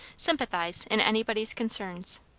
sympathize in anybody's concerns.